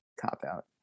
cop-out